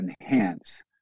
enhance